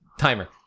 Timer